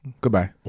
Goodbye